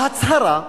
ההצהרה,